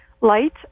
light